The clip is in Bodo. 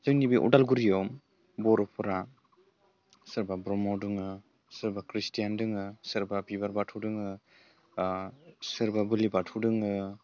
जोंनि बे उदालगुरियाव बर'फोरा सोरबा ब्रह्म दङ सोरबा ख्रिस्टियान दोङो सोरबा बिबार बाथौ दङ सोरबा बोलि बाथौ दोङो